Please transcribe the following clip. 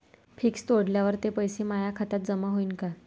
Fix तोडल्यावर ते पैसे माया खात्यात जमा होईनं का?